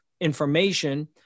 information